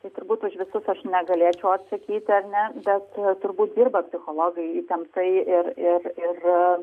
tai turbūt už visus negalėčiau atsakyti ar ne bet turbūt dirba psichologai įtemptai ir ir ir